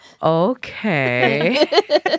Okay